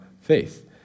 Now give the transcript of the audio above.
faith